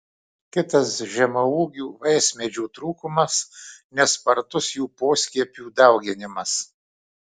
kitas žemaūgių vaismedžių trūkumas nespartus jų poskiepių dauginimas